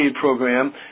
program